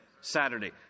Saturday